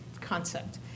concept